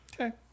Okay